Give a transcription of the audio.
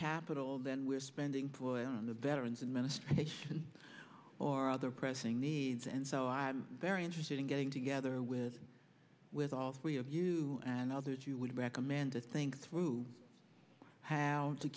capital than we're spending ploy on the veteran's administration or other pressing needs and so i'm very interested in getting together with with all three of you and others you would recommend to think through how to